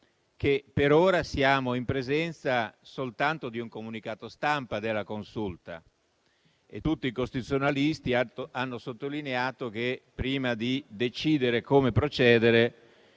che per ora siamo in presenza soltanto di un comunicato stampa della Consulta. Tutti i costituzionalisti hanno sottolineato che, prima di decidere come procedere,